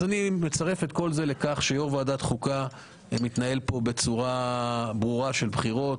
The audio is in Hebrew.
אני מצרף את זה שיו"ר ועדת חוקה מתנהל בצורה ברורה של בחירות,